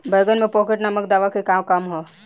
बैंगन में पॉकेट नामक दवा के का काम ह?